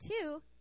two